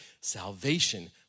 salvation